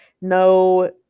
No